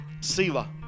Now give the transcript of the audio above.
Sila